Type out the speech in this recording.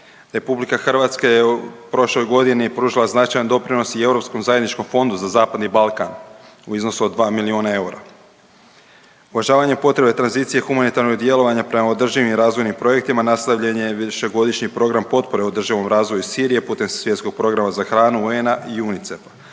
djecu i mlade. RH je u prošloj godini pružila značajan doprinos i Europskom zajedničkom fondu za Zapadni Balkan u iznosu od 2 milijuna eura. Uvažavanje potrebe tranzicije humanitarnog djelovanja prema održivim razvojnim projektima nastavljen je višegodišnji program potpore održivom razvoju Sirije putem svjetskog programa za hranu UN-a i UNICEF-a.